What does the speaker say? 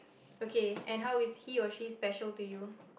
okay and how is he or she special to you